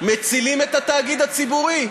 מצילים את התאגיד הציבורי,